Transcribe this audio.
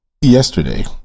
yesterday